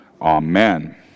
Amen